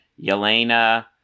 Yelena